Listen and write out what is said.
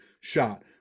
shot